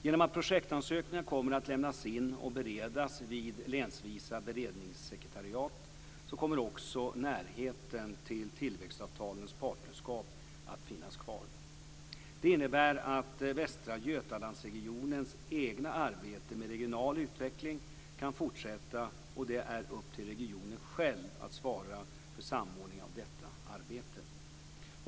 Genom att projektansökningar kommer att lämnas in och beredas vid länsvisa beredningssekretariat kommer också närheten till tillväxtavtalens partnerskap att finnas kvar. Det innebär att Västra Götalandsregionens egna arbete med regional utveckling kan fortsätta och det är upp till regionen själv att svara för samordningen av detta arbete.